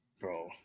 bro